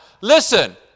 listen